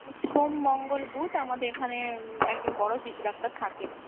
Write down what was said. সোম মঙ্গল বুধ আমাদের এখানে একজন বড় শিশু ডাক্তার থাকেন